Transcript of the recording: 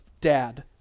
dad